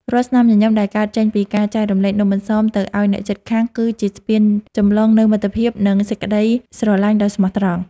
រាល់ស្នាមញញឹមដែលកើតចេញពីការចែករំលែកនំអន្សមទៅឱ្យអ្នកជិតខាងគឺជាស្ពានចម្លងនូវមិត្តភាព និង សេចក្ដីស្រឡាញ់ដ៏ស្មោះត្រង់។